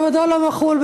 כבודו לא מחול.